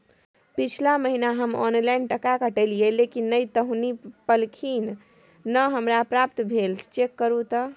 पिछला महीना हम ऑनलाइन टका कटैलिये लेकिन नय त हुनी पैलखिन न हमरा प्राप्त भेल, चेक करू त?